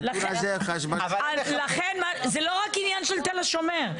זה לא רק עניין שניתן לשומר,